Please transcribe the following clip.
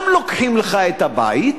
גם לוקחים לך את הבית,